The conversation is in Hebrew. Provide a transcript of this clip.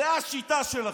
זו השיטה שלכם.